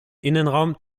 innenraum